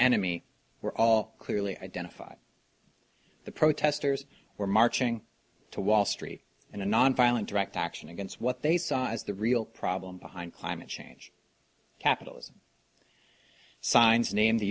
enemy were all clearly identified the protesters were marching to wall street in a nonviolent direct action against what they saw as the real problem behind climate change capitalism signs name the